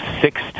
six